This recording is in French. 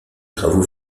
travaux